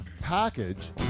package